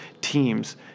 teams